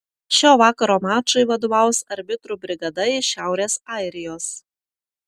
šio vakaro mačui vadovaus arbitrų brigada iš šiaurės airijos